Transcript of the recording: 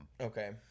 Okay